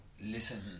listen